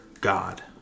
God